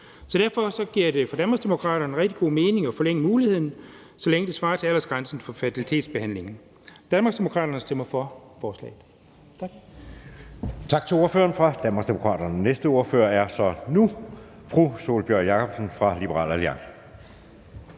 Derfor giver det for Danmarksdemokraterne rigtig god mening at forlænge muligheden, så længe det svarer til aldersgrænsen for fertilitetsbehandling. Danmarksdemokraterne stemmer for forslaget.